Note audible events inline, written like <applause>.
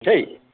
<unintelligible>